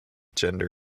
gender